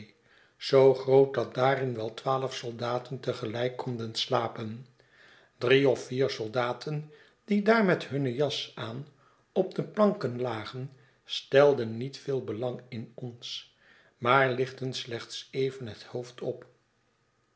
zoo groot dat daarin wel twaalf soldaten te gelijk konden slapen drie of vier soldaten die daar met hunne jas aan op de planken lagen stelden niet veel belang in ons maar lichtten slechts even het hoofd op